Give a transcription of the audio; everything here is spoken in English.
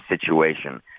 situation